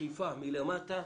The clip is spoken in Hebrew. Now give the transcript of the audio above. דחיפה מלמטה,